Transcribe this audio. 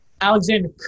Alexander